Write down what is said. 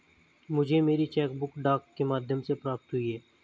मुझे मेरी cheque book डाक के माध्यम से प्राप्त हुई है